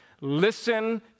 Listen